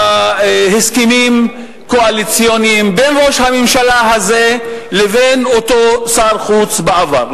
בהסכמים קואליציוניים בין ראש הממשלה הזה לבין אותו שר החוץ בעבר.